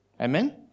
Amen